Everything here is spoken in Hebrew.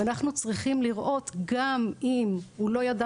ואנחנו צריכים לראות גם אם הוא לא ידע